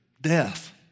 death